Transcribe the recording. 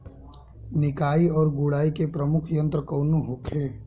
निकाई और गुड़ाई के प्रमुख यंत्र कौन होखे?